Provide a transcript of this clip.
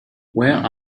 where